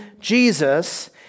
Jesus